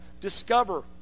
discover